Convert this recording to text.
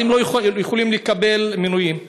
הם לא יכולים לקבל מינויים.